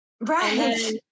right